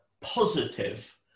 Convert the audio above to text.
positive